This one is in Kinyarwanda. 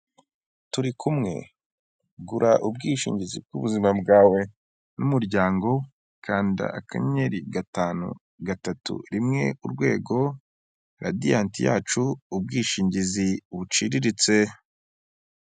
Turikumwe gura ubwishingizi bw'ubuzima bwawe n'umuryango, kanda akanyenyeri gatanu gatatu rimwe urwego radianti yacu ubwishingizi buciriritse.